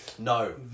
No